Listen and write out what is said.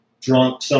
drunk